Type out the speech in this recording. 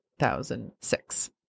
2006